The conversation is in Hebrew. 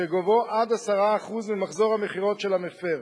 שגובהו עד 10% ממחזור המכירות של המפר.